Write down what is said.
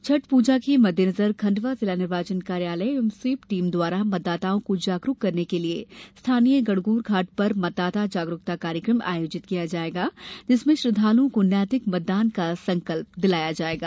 छठ पूजा के मद्देनजर खंडवा जिला निर्वाचन कार्यालय एवं स्वीप टीम द्वारा मतदाताओं को जागरूक करने के लिए स्थानीय गणगोर घाट पर मतदाता जागरूकता कार्यक्रम आयोजित किया जायेगा जिसमें श्रद्दालुओं को नैतिक मतदान का संकल्प दिलाया जाएगा